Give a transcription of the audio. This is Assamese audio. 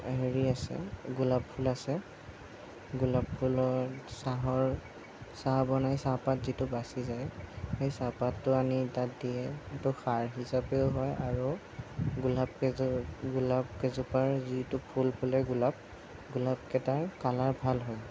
হেৰি আছে গোলাপ ফুল আছে গোলাপ ফুলত চাহৰ চাহ বনাই যিটো বাচি যায় সেই চাহপাতটো আনি তাত দিয়ে সেইটো সাৰ হিচাপেও হয় আৰু গোলাপ কেইজোপা গোলাপ কেইজোপাৰ যিটো ফুল ফুলে গোলাপ গোলাপ কেইটাৰ কালাৰ ভাল হয়